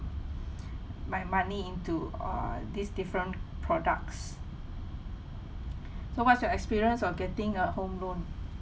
my money into uh these different products so what's your experience of getting a home loan